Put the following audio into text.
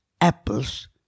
apples